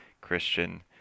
Christian